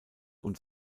und